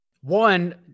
One